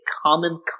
common